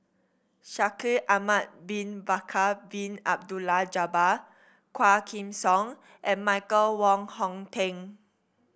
Shaikh Ahmad Bin Bakar Bin Abdullah Jabbar Quah Kim Song and Michael Wong Hong Teng